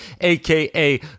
aka